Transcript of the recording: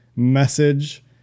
message